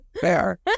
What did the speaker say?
Fair